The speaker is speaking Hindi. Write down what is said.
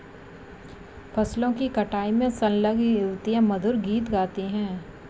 फसलों की कटाई में संलग्न युवतियाँ मधुर गीत गाती हैं